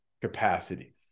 capacity